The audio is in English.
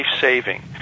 saving